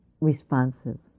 responsive